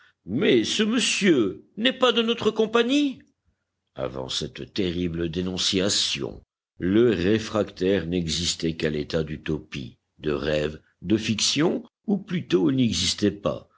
mais ce monsieur n'est pas de notre compagnie avant cette terrible dénonciation le réfractaire n'existait qu'à l'état d'utopie de rêve de fiction ou plutôt il n'existait pas